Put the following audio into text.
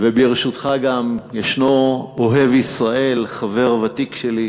וברשותך גם, ישנו ביציע אוהב ישראל, חבר ותיק שלי,